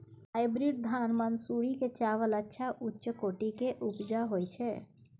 Hybrid धान मानसुरी के चावल अच्छा उच्च कोटि के उपजा होय छै?